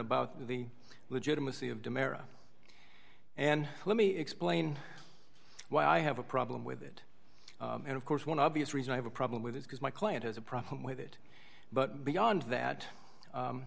about the legitimacy of de mer and let me explain why i have a problem with it and of course one obvious reason i have a problem with is because my client has a problem with it but beyond that